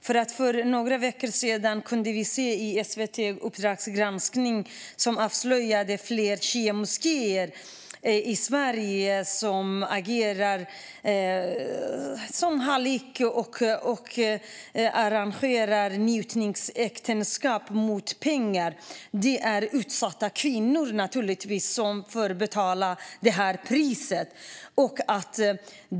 För några veckor sedan avslöjade SVT:s Uppdrag granskning att flera shiamoskéer i Sverige arrangerar njutningsäktenskap mot pengar. Givetvis är det utsatta kvinnor som får betala priset för det.